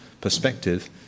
perspective